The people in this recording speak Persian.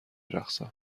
رقصم